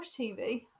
TV